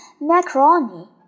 macaroni